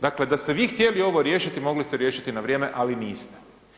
Dakle da ste vi htjeli ovo riješiti mogli ste riješiti na vrijeme, ali niste.